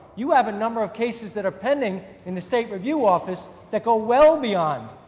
you have a number of cases that are pending in the state review office, that go well beyond,